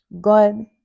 god